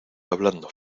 hablando